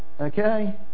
Okay